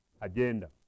agenda